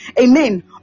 Amen